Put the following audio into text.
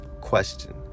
Question